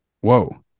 whoa